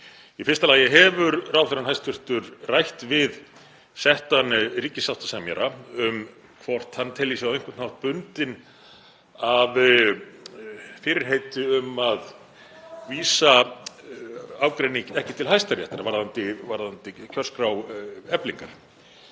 Í fyrsta lagi: Hefur hæstv. ráðherrann rætt við settan ríkissáttasemjara um hvort hann telji sig á einhvern hátt bundinn af fyrirheiti um að vísa ágreiningi ekki til Hæstaréttar varðandi kjörskrá Eflingar?